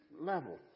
level